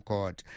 Court